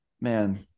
man